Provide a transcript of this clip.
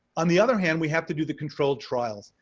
on the other hand we have to do the controlled trials.